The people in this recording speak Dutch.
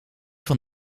van